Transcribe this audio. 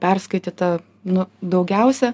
perskaityta nu daugiausiai